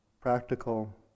practical